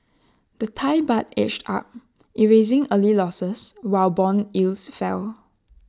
the Thai Baht edged up erasing early losses while Bond yields fell